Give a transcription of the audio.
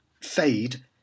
fade